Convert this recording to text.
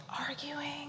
arguing